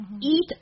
eat